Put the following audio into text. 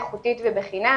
איכותית ובחינם.